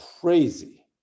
crazy